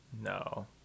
no